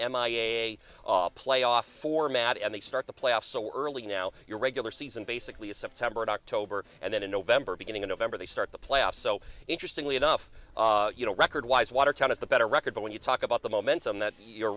i a playoff format and they start the playoffs so early now your regular season basically a september and october and then in november beginning in november they start the playoffs so interesting way enough you know record wise watertown is the better record but when you talk about the momentum that you're